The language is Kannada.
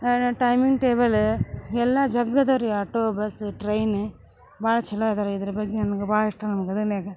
ಟೈಮಿಂಗ್ ಟೇಬಲ್ ಎಲ್ಲಾ ಜಗ್ಗದ ರೀ ಆಟೋ ಬಸ್ಸು ಟ್ರೈನ್ ಭಾಳ ಛಲೋ ಅದ ರೀ ಇದ್ರ ಬಗ್ಗೆ ನನ್ಗ ಭಾಳ ಇಷ್ಟ ನಮ್ಮ ಗದಗ್ನ್ಯಾಗ